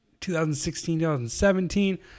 2016-2017